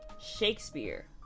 Shakespeare